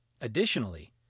Additionally